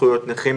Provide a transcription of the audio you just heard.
זכויות נכים,